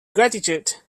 gratitude